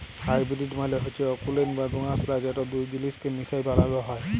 hybrid মালে হচ্যে অকুলীন বা দুআঁশলা যেট দুট জিলিসকে মিশাই বালালো হ্যয়